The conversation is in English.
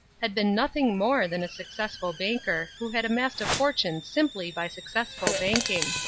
had been nothing more than a successful banker who had amassed a fortune simply by successful banking.